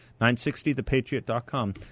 960thepatriot.com